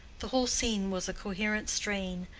the whole scene was a coherent strain,